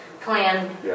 plan